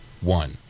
one